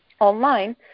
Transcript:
online